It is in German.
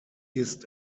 ist